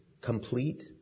complete